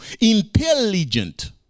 intelligent